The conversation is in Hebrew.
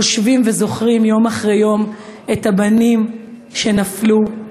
חושבים וזוכרים יום אחרי יום את הבנים שנפלו,